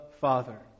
Father